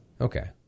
Okay